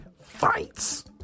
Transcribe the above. fights